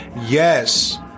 Yes